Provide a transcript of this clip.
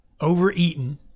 overeaten